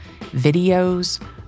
videos